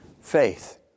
faith